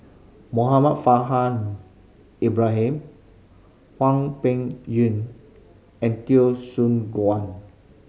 Muhammad Ibrahim Hwang Peng Yuan and Teo Soon Guan